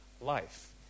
life